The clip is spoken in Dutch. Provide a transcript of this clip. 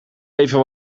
even